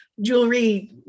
jewelry